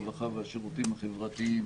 הרווחה והשירותים החברתיים,